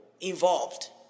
involved